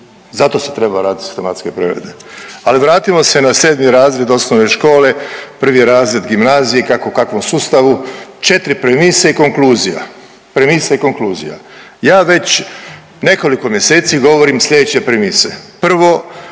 Zato se treba raditi sistematske preglede. Ali vratimo se na 7. razred osnovne škole, 1. razred gimnazije, kako u kakvom sustavu, 4 premise i konkluzija. Premise i konkluzija. Ja već nekoliko mjeseci govorim sljedeće premise, prvo,